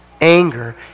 anger